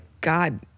God